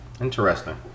Interesting